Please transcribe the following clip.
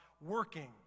working